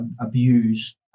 abused